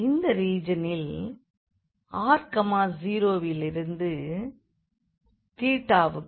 இந்த ரீஜனில் r 0 விலிருந்து க்கும்